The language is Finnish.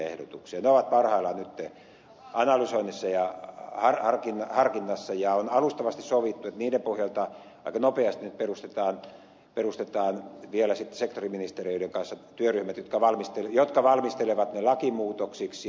ne ovat parhaillaan nyt analysoinnissa ja harkinnassa ja on alustavasti sovittu että niiden pohjalta aika nopeasti nyt perustetaan vielä sitten sektoriministeriöiden kanssa työryhmät jotka valmistelevat ne lakimuutoksiksi ja mahdollisiksi määräraha ynnä muuta